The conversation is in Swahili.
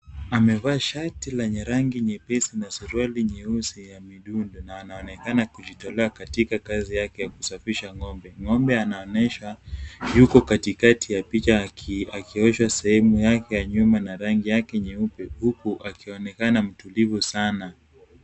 Amevaa shati lenye rangi nyepesi na suruali nyeusi ya midundo na anaonekana kujitolea katika kazi yake ya kusafisha ng'ombe. Ng'ombe anaonesha yuko katikati aki ya picha akiosha sehemu yake ya nyuma na rangi yake nyeupe huku akionekana mtulivu sana.